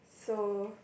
so